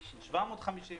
750. 750,